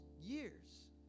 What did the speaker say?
years